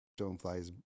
Stoneflies